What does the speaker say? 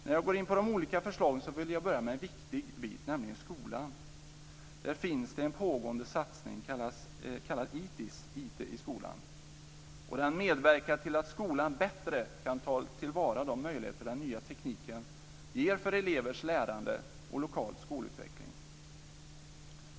När jag går in på de olika förslagen vill jag börja med en viktig bit, nämligen skolan. Där finns det en pågående satsning, kallad ITiS, IT i skolan, och den medverkar till att skolan bättre kan ta till vara de möjligheter som den nya tekniken ger för elevers lärande och för lokal skolutveckling.